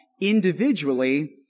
individually